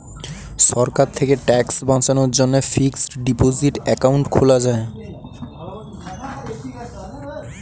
সরকার থেকে ট্যাক্স বাঁচানোর জন্যে ফিক্সড ডিপোসিট অ্যাকাউন্ট খোলা যায়